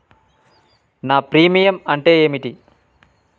నా ప్రీమియం అంటే ఏమిటి?